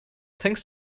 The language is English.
thanks